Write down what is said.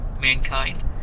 mankind